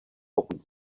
pokud